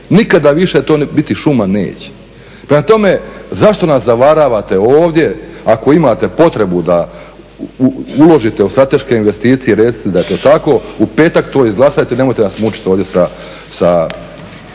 Nikada više to biti šuma neće. Prema tome, zašto nas zavaravate ovdje? Ako imate potrebu da uložite u strateške investicije recite da je to tako, u petak to izglasajte, nemojte nas mučit ovdje sa